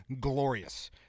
Glorious